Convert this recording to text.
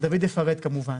דוד יפרט כמובן,